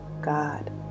God